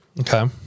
Okay